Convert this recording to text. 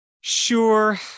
Sure